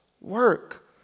work